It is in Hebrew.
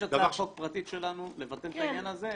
יש הצעת חוק פרטית שלנו לבטל את העניין הזה,